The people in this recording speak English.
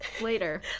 later